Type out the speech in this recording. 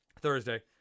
Thursday